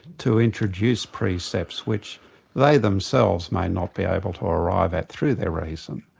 to introduce precepts which they themselves may not be able to arrive at through their reason,